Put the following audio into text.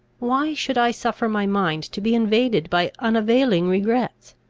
why should i suffer my mind to be invaded by unavailing regrets?